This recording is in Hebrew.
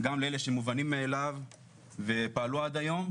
גם לאלה שמובנים מאליו ופעלו עד היום,